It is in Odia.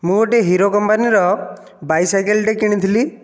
ମୁଁ ଗୋଟିଏ ହିରୋ କମ୍ପାନୀର ବାଇସାଇକେଲ ଟିଏ କିଣିଥିଲି